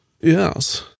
Yes